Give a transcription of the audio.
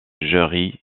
jerry